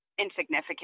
insignificant